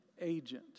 agent